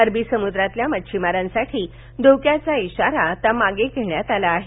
अरबीसमुद्रावरील मच्छिमारांसाठिचा धोक्याचा इशारा आता मागे घेण्यात आला आहे